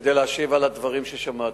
כדי להשיב על הדברים ששמעתי,